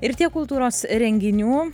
ir tiek kultūros renginių